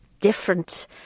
different